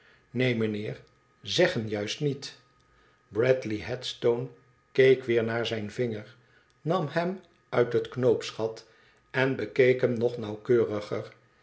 neen mijnheer zeggen juist niet bradley headstone keek weer naar zijn vinger nam hem uit het knoopsgat en bekeek hem nog nauwkeuriger